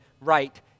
right